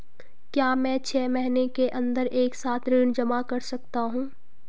क्या मैं छः महीने के अन्दर एक साथ ऋण जमा कर सकता हूँ?